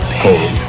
pain